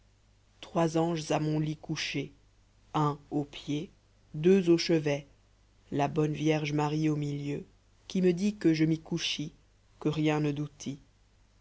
trois anges à mon lit couchés un aux pieds deux au chevet la bonne vierge marie au milieu qui me dit que je m'y couchis que rien ne doutis